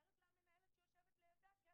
אומרת לה המנהלת שיושבת לידה: כן,